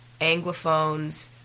Anglophones